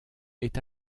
est